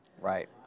Right